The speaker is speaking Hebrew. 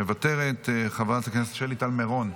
מוותרת, חברת הכנסת שלי טל מירון,